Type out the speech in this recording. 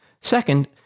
Second